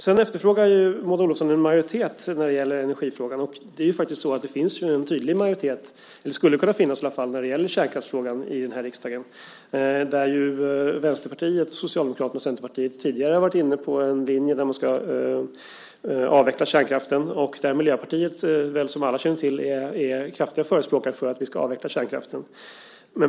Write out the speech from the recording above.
Sedan efterfrågar Maud Olofsson en majoritet när det gäller energifrågan. Det är ju faktiskt så att det finns en tydlig majoritet, eller skulle kunna finnas i alla fall, när det gäller kärnkraften i riksdagen. Vänsterpartiet, Socialdemokraterna och Centerpartiet har ju tidigare varit inne på en linje där man skulle avveckla kärnkraften, och Miljöpartiet är som väl alla känner till en kraftig förespråkare för att vi ska avveckla kärnkraften.